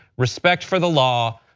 respect for the law,